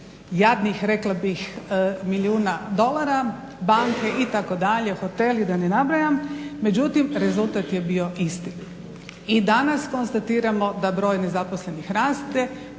jadnih rekla bih milijuna dolara, banke itd., hoteli da ne nabrajam, međutim rezultat je bio isti. I danas konstatiramo da broj nezaposlenih raste,